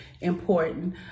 important